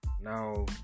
now